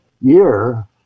year